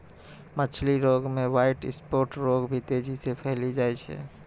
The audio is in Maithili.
मछली रोग मे ह्वाइट स्फोट रोग भी तेजी से फैली जाय छै